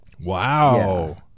Wow